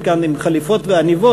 כאן באולם הזה עם חליפות ועניבות,